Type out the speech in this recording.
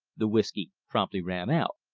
the whisky promptly ran out.